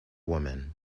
woman